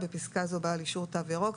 בעל אישור תו ירוק,